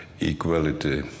equality